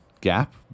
gap